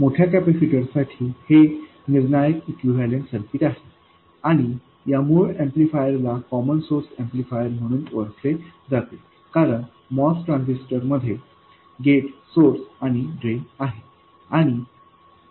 मोठ्या कॅपेसिटर साठी हे निर्णायक इक्विवैलन्ट सर्किट आहे आणि या मूळ ऍम्प्लिफायर ला कॉमन सोर्स ऍम्प्लिफायर म्हणून ओळखले जाते कारण MOS ट्रान्झिस्टर मध्ये गेट सोर्स आणि ड्रेन आहे